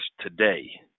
today